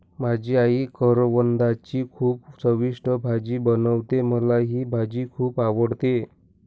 माझी आई करवंदाची खूप चविष्ट भाजी बनवते, मला ही भाजी खुप आवडते